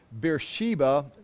Beersheba